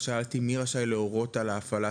שאלתי מי רשאי להורות על ההפעלה.